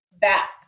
back